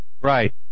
Right